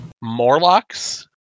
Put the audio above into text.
Morlocks